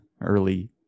early